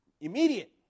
immediate